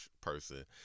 person